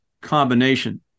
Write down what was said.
combination